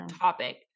topic